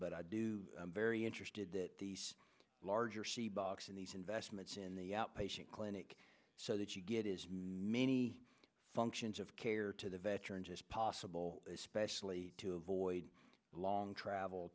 but i do very interested that larger box in these investments in the outpatient clinic so that you get is many functions of care to the veterans as possible especially to avoid long travel